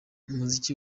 umuziki